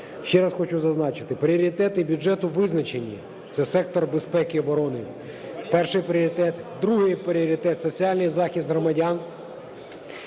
Ще раз хочу зазначити, пріоритети бюджету визначені. Це сектор безпеки і оборони – перший пріоритет. Другий пріоритет – це соціальний захист громадян.